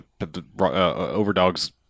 Overdog's